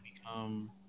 become